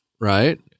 right